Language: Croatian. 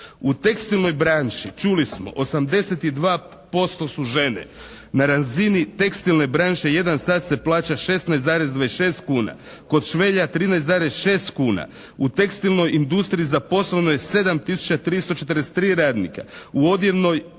U tekstilnoj branši čuli smo 82% su žene. Na razini tekstilne branše jedan sat se plaća 16,26 kuna. Kod švelja 13,6 kuna. U tekstilnoj industriji zaposleno je 7 tisuća 343 radnika. U odjevnoj